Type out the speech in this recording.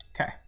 Okay